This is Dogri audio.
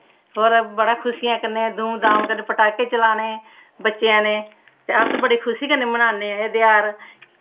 होर बड़ियें खुशियें कन्नै धूम धाम कन्नै पटाके चलाने बच्चें आ नै ते अस बड़ी खुशी कन्नै मनान्ने आं एह् तेहार